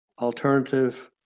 alternative